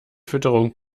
fütterung